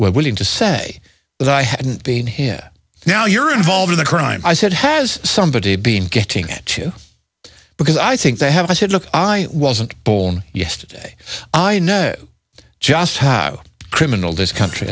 willing to say that i hadn't been here now you're involved in the crime i said has somebody been getting at you because i think they have i said look i wasn't born yesterday i know just how criminal this country